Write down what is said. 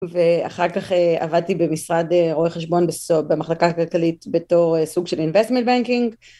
ואחר כך עבדתי במשרד רואי חשבון במחלקה הכלכלית בתור סוג של investment banking